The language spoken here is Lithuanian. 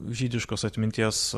žydiškos atminties